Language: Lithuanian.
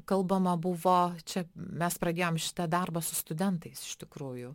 kalbama buvo čia mes pradėjom šitą darbą su studentais iš tikrųjų